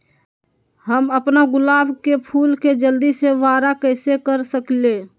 हम अपना गुलाब के फूल के जल्दी से बारा कईसे कर सकिंले?